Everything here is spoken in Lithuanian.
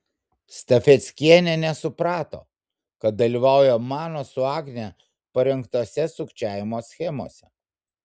stafeckienė nesuprato kad dalyvauja mano su agne parengtose sukčiavimo schemose